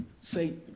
say